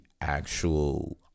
actual